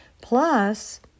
Plus